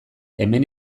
hemen